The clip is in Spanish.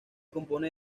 compone